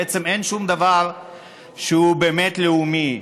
בעצם, אין שום דבר שהוא באמת לאומי.